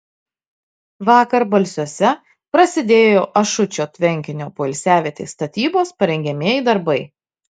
vakar balsiuose prasidėjo ašučio tvenkinio poilsiavietės statybos parengiamieji darbai